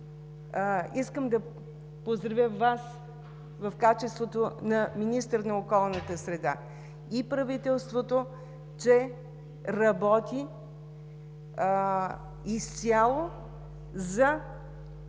искам да поздравя Вас в качеството на министър на околната среда и правителството, че работи изцяло за благоденствието